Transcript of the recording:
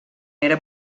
era